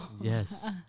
yes